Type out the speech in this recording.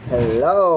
Hello